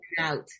out